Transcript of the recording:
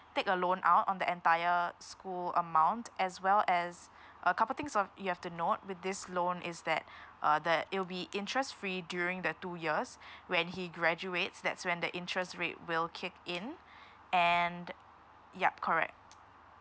take a loan out on the entire school amount as well as a couple things of you have to note with this loan is that uh that it'll be interest free during the two years when he graduates that's when the interest rate will kick in and yup correct